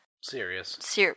Serious